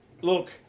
Look